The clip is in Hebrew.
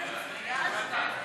את הצעת חוק הביטוח